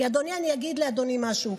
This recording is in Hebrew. כי אני אגיד לאדוני משהו,